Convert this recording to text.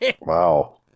Wow